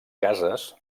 cases